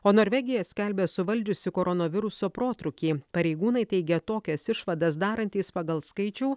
o norvegija skelbia suvaldžiusi koronaviruso protrūkį pareigūnai teigia tokias išvadas darantys pagal skaičių